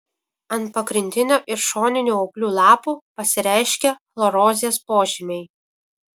ant pagrindinio ir šoninių ūglių lapų pasireiškia chlorozės požymiai